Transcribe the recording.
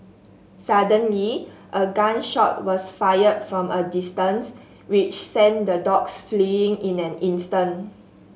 suddenly a gun shot was fired from a distance which sent the dogs fleeing in an instant